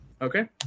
Okay